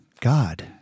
God